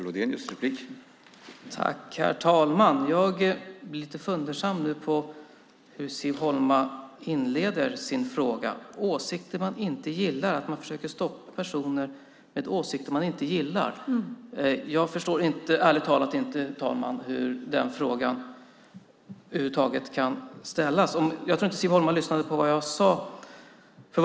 Herr talman! Jag blir lite fundersam över hur Siv Holma inleder sin fråga. Hon säger att man försöker stoppa personer med åsikter man inte gillar. Jag förstår ärligt talat inte hur denna fråga över huvud taget kan ställas. Jag tror inte att Siv Holma lyssnade på vad jag sade.